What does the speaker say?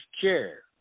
chair